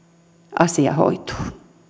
asia hoituu